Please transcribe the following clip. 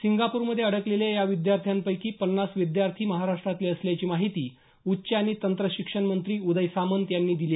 सिंगापूरमध्ये अडकलेल्या या विद्यार्थ्यांपैकी पन्नास विद्यार्थी महाराष्ट्रातले असल्याची माहिती उच्च आणि तंत्रशिक्षण मंत्री उदय सामंत यांनी दिली